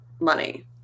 money